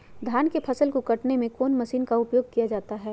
धान के फसल को कटने में कौन माशिन का उपयोग किया जाता है?